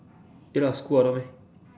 ya lah school ah no meh